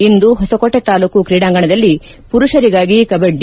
ಇಂದು ಹೊಸಕೋಟೆ ತಾಲ್ಲೂಕು ಕ್ರೀಡಾಂಗಣದಲ್ಲಿ ಪುರುಷರಿಗಾಗಿ ಕಬಡ್ಡಿ